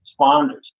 responders